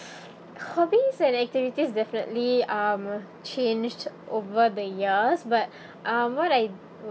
hobbies and activities definitely um changed over the years but um what I